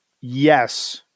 yes